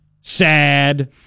Sad